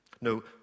No